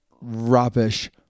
rubbish